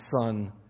son